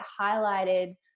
highlighted